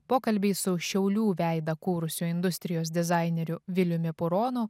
pokalbį su šiaulių veidą kūrusiu industrijos dizaineriu viliumi puronu